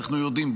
אנחנו יודעים,